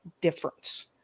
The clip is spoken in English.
difference